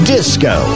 Disco